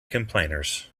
complainers